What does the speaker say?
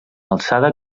alçada